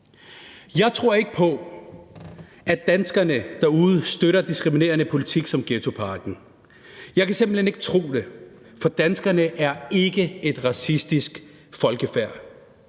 Jeg tror ikke på, at danskerne derude støtter diskriminerende politik som ghettopakken. Jeg kan simpelt hen ikke tro det. For danskerne er ikke et racistisk folkefærd.